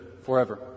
forever